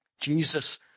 Jesus